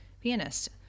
pianist